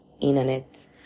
internet